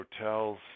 hotels